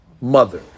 mother